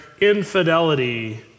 infidelity